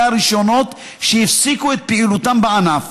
הרישיונות שהפסיקו את פעילותם בענף,